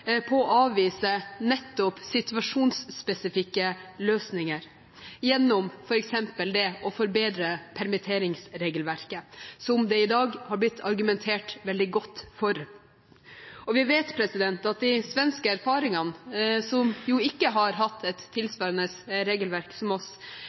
på å avvise nettopp situasjonsspesifikke løsninger, gjennom f.eks. å forbedre permitteringsregelverket, som det i dag har blitt argumentert veldig godt for. Vi vet at de svenske erfaringene, Sverige har jo ikke hatt et regelverk tilsvarende